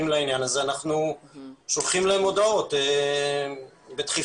אליו ואנחנו שולחים אליהם הודעות בדחיפה.